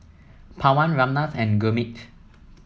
Pawan Ramnath and Gurmeet